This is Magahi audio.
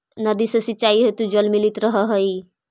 नदी से सिंचाई हेतु जल मिलित रहऽ हइ